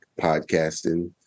podcasting